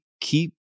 keep